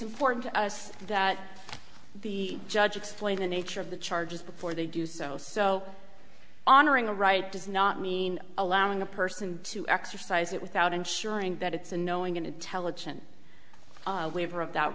important to us that the judge explain the nature of the charges before they do so so honoring a right does not mean allowing a person to exercise it without ensuring that it's a knowing and intelligent lever of that